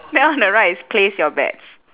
then on the right is place your bets